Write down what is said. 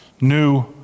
new